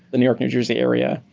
the new york, new jersey area,